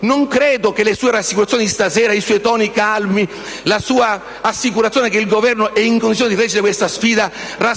voi. Credo che le sue rassicurazioni di stasera, i suoi toni calmi, la sua assicurazione che il Governo è in condizioni di reggere questa sfida, non